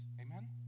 amen